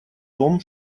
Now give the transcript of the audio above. том